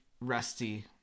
rusty